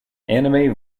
anime